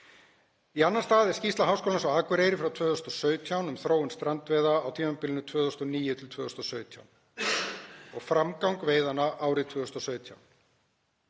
Í annan stað er skýrsla Háskólans á Akureyri frá 2017 um þróun strandveiða á tímabilinu 2009–2017 og framgang veiðanna árið 2017.